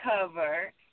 cover